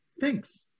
thanks